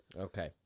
Okay